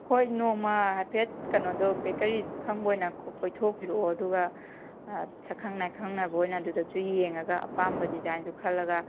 ꯍꯣꯏ ꯅꯣꯡꯃ ꯍꯥꯏꯐꯦꯠ ꯀꯩꯅꯣꯗꯣ ꯕꯦꯀꯔꯤ ꯈꯪꯕ ꯑꯣꯏꯅ ꯀꯣꯏꯊꯣꯛꯄꯤꯔꯛꯑꯣ ꯑꯗꯨꯒ ꯁꯛꯈꯪ ꯃꯥꯏꯈꯪꯅꯕ ꯑꯣꯏꯅ ꯑꯗꯨꯗꯁꯨ ꯌꯦꯡꯉꯒ ꯑꯄꯥꯝꯕ ꯗꯤꯖꯥꯏꯟꯗꯣ ꯈꯜꯂꯒ